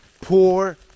poor